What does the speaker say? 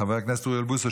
חבר הכנסת אוריאל בוסו,